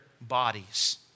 bodies